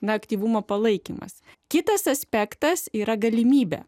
na aktyvumo palaikymas kitas aspektas yra galimybė